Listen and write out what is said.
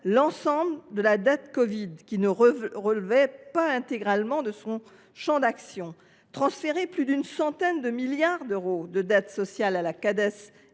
l’ensemble de la dette covid, qui ne relevait pas intégralement de son champ d’action. Transférer plus d’une centaine de milliards d’euros de dette sociale à la Cades